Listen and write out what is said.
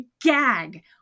Gag